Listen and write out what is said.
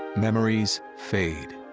memories fade.